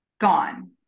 gone